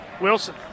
Wilson